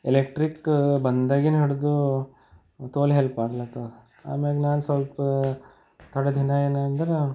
electric ಬಂದಾಗಿನಡ್ದು ತೋಲ್ help ಆಗ್ಲಾತ್ತದ ಆಮ್ಯಾಗ ನಾನು ಸ್ವಲ್ಪ ಥೋಡೆ ದಿನ ಏನಂದ್ರೆ